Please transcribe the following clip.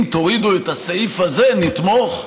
אם תורידו את הסעיף הזה, נתמוך.